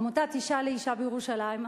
עמותת "אשה לאשה" בירושלים,